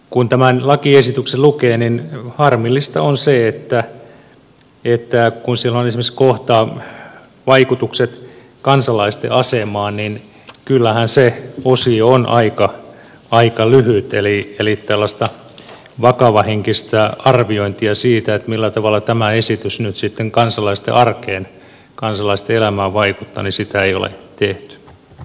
kun tämän lakiesityksen lukee niin harmillista on se että kun siellä on esimerkiksi kohta vaikutukset kansalaisten asemaan niin kyllähän se osio on aika lyhyt eli tällaista vakavahenkistä arviointia siitä millä tavalla tämä esitys nyt sitten kansalaisten arkeen kansalaisten elämään vaikuttaa ei ole tehty